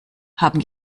haben